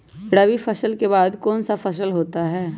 रवि फसल के बाद कौन सा फसल होता है?